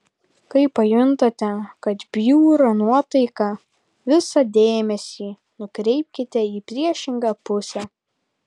kai pajuntate kad bjūra nuotaika visą dėmesį nukreipkite į priešingą pusę